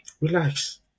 Relax